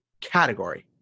category